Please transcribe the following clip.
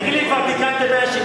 תגיד לי, כבר תיקנתם 179?